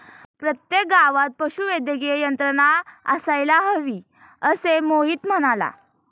प्रत्येक गावात पशुवैद्यकीय यंत्रणा असायला हवी, असे मोहित म्हणाला